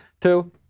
Two